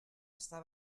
està